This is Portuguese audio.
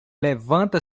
levanta